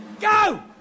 Go